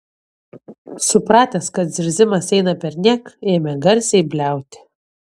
supratęs kad zirzimas eina perniek ėmė garsiai bliauti